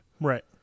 right